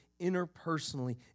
interpersonally